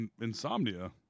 Insomnia